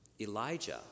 elijah